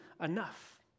enough